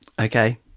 Okay